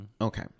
Okay